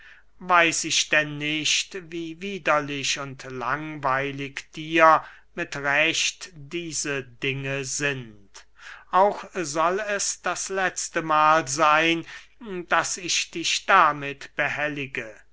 weiß ich denn nicht wie widerlich und langweilig dir mit recht diese dinge sind auch soll es das letzte mahl seyn daß ich dich damit behellige